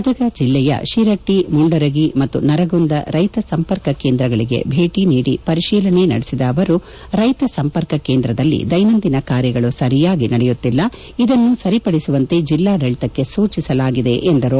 ಗದಗ್ ಜಿಲ್ಲೆಯ ಶಿರಟ್ಟಿ ಮುಂಡರಗಿ ಮತ್ತು ನರಗುಂದ ರೈತ ಸಂಪರ್ಕ ಕೇಂದ್ರಗಳಿಗೆ ಭೇಟಿ ನೀಡಿ ಪರಿಶೀಲನೆ ನಡೆಸಿದ ಅವರು ರೈತ ಸಂಪರ್ಕ ಕೇಂದ್ರದಲ್ಲಿ ದೈನಂದಿನ ಕಾರ್ಯಗಳು ಸರಿಯಾಗಿ ನಡೆಯುತ್ತಿಲ್ಲ ಇದನ್ನು ಸರಿಪದಿಸುವಂತೆ ಜಿಲ್ಡಾಡಳಿತಕ್ಕೆ ಸೂಚಿಸಲಾಗಿದೆ ಎಂದರು